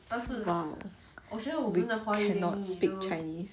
!wow! cannot speak chinese